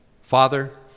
Father